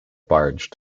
barge